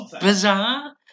bizarre